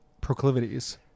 proclivities